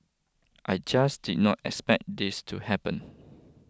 I just did not expect this to happen